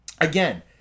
Again